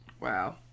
Wow